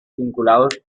vinculados